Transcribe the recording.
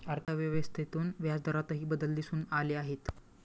अर्थव्यवस्थेतून व्याजदरातही बदल दिसून आले आहेत